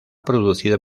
producido